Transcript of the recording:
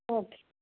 okay